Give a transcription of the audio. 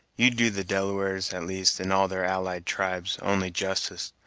you do the delawares, at least, and all their allied tribes, only justice,